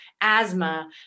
asthma